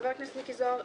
חבר הכנסת מיקי זוהר,